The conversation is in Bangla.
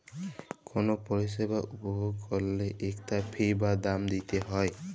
কল পরিছেবা উপভগ ক্যইরলে ইকটা ফি বা দাম দিইতে হ্যয়